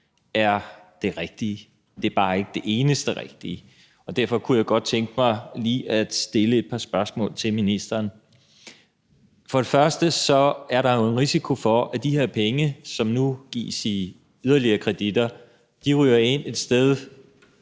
er det rigtige. Det er bare ikke det eneste rigtige. Derfor kunne jeg godt tænke mig lige at stille et par spørgsmål til ministeren. Der er en risiko for, at de her penge, som nu gives i yderligere kreditter, ryger ind et sted